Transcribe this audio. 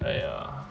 !aiya!